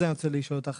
אני רוצה לשאול אותך